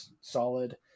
solid